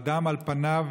הדם על פניו,